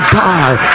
die